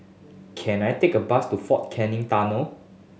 can I take a bus to Fort Canning Tunnel